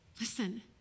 listen